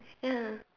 ya